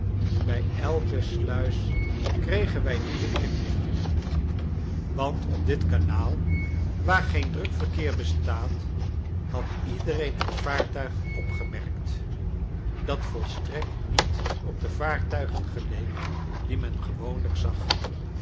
bij elke sluis kregen wij nieuwe inlichtingen want op dit kanaal waar geen druk verkeer bestaat had iedereen het vaartuig opgemerkt dat volstrekt niet op de vaartuigen geleek die men gewoonlijk zag